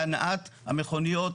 להנעת המכוניות,